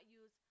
use